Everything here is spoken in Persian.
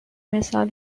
مثال